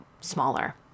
smaller